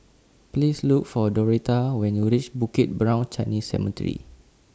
Please Look For Doretta when YOU REACH Bukit Brown Chinese Cemetery